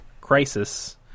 Crisis